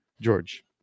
George